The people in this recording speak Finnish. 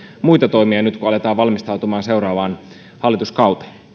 muita toimia nyt kun aletaan valmistautumaan seuraavaan hallituskauteen